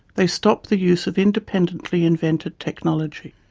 they stop the use of independently invented technology.